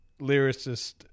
lyricist